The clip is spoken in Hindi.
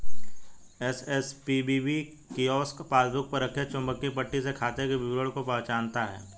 एस.एस.पी.बी.पी कियोस्क पासबुक पर रखे चुंबकीय पट्टी से खाते के विवरण को पहचानता है